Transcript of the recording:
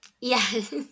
Yes